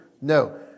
no